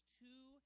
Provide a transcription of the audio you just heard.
two